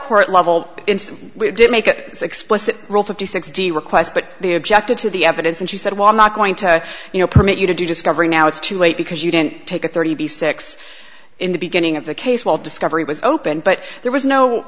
court level we did make it so explicit fifty sixty requests but they objected to the evidence and she said well i'm not going to you know permit you to do discovery now it's too late because you didn't take a thirty six in the beginning of the case while discovery was open but there was no